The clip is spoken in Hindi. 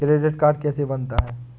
क्रेडिट कार्ड कैसे बनता है?